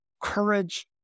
Courage